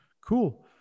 Cool